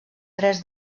tres